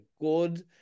good